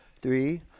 three